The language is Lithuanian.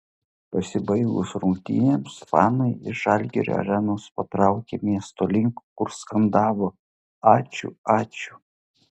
pasibaigus rungtynėms fanai iš žalgirio arenos patraukė miesto link kur skandavo ačiū ačiū